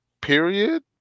period